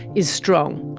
is strong.